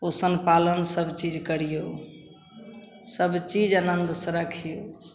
पोसन पालन सबचीज करिऔ सबचीज आनन्दसे रखिऔ